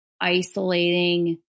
isolating